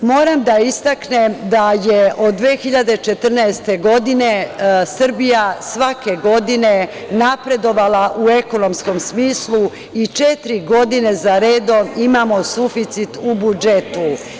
Moram da istaknem da je od 2014. godine Srbija svake godine napredovala u ekonomskom smislu i četiri godine za redom imamo suficit u budžetu.